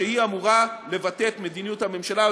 היא אמורה לבטא את מדיניות הממשלה,